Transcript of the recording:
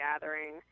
gathering